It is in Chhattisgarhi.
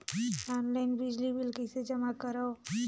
ऑनलाइन बिजली बिल कइसे जमा करव?